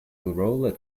enrolled